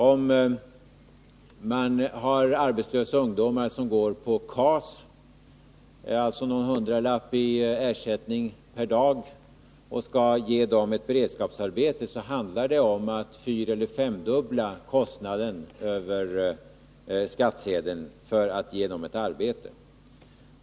Om man har arbetslösa ungdomar som uppbär KAS -— alltså någon hundralapp i ersättning per dag — och skall ge dem ett beredskapsarbete, så handlar det om att fyreller femdubbla kostnaden över skattsedeln för att ge dem ett arbete.